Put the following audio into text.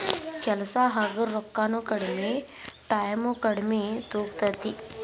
ಕೆಲಸಾ ಹಗರ ರೊಕ್ಕಾನು ಕಡಮಿ ಟಾಯಮು ಕಡಮಿ ತುಗೊತತಿ